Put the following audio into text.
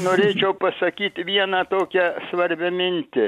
norėčiau pasakyt vieną tokią svarbią mintį